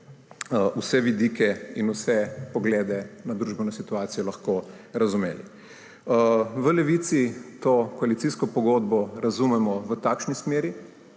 vse vidike in vse poglede na družbeno situacijo. V Levici to koalicijsko pogodbo razumemo v takšni smeri,